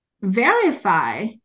verify